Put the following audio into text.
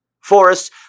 Forests